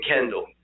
Kendall